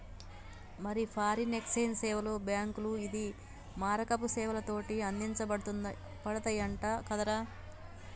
మరి foreign exchange సేవలు బాంకులు, ఇదిగే మారకపు సేవలతోటి అందించబడతయంట కదరా